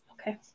Okay